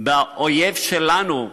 באויב שלנו,